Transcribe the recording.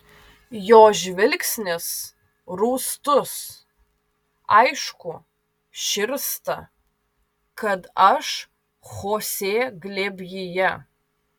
jo žvilgsnis rūstus aišku širsta kad aš chosė glėbyje